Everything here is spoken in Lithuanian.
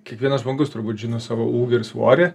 kiekvienas žmogus turbūt žino savo ūgį ir svorį